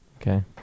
Okay